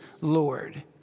Lord